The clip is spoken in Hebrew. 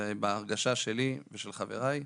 ובהרגשה שלי ושל חבריי,